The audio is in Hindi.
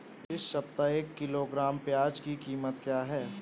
इस सप्ताह एक किलोग्राम प्याज की कीमत क्या है?